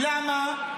למה?